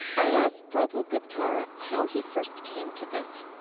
i asked prabhu guptara how he first came to this